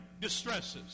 distresses